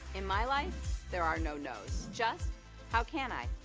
in my life there are no noes, just how can i?